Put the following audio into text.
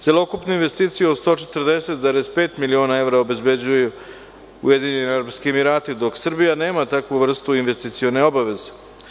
Celokupna investicija od 140,5 miliona evra obezbeđuju UAE, dok Srbija nema takvu vrstu investicione obaveze.